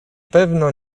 pewno